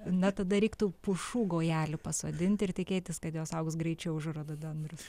na tada reiktų pušų gaujelių pasodinti ir tikėtis kad jos augs greičiau už rododendrus